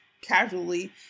casually